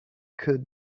could